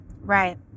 Right